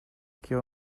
quiere